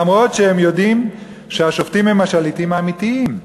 אף-על-פי שהם יודעים שהשופטים הם השליטים האמיתיים,